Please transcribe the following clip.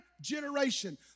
generation